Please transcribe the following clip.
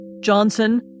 Johnson